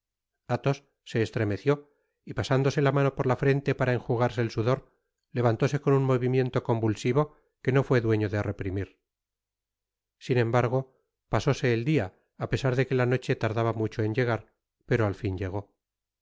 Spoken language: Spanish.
athos se estremeció y pasándose la mano por la frente para enjugarse el sudor levantóse con un movimiento convulsivo que no fué dueño de reprimir sin embargo pasóse el dia apesar deque la noche tardaba mucho en llegar pero al fin llegó las